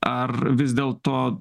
ar vis dėlto